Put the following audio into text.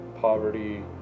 poverty